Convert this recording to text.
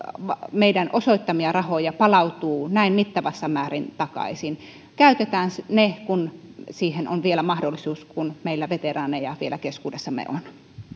osoittamiamme rahoja palautuu näin mittavassa määrin takaisin käytetään ne kun siihen on vielä mahdollisuus kun meillä veteraaneja vielä keskuudessamme